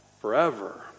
forever